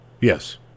Yes